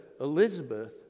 Elizabeth